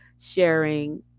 sharing